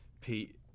Pete